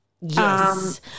Yes